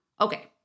Okay